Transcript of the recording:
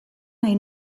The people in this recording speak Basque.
nahi